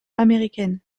américaine